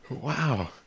Wow